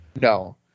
No